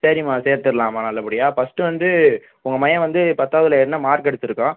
சரிம்மா சேர்த்துருலாம்மா நல்லபடியாக ஃபர்ஸ்ட்டு வந்து உங்கள் மகன் வந்து பத்தாவதில் என்ன மார்க் எடுத்துருக்கான்